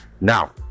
now